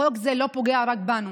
חוק זה לא פוגע רק בנו,